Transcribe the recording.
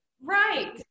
Right